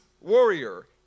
warrior